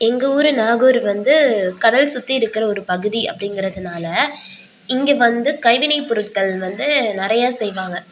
எங்கள் ஊர் நாகூர் வந்து கடல் சுற்றி இருக்கிற ஒரு பகுதி அப்படிங்கிறதுனால இங்கே வந்து கைவினை பொருட்கள் வந்து நிறையா செய்வாங்க